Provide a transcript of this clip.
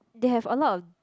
they have a lot of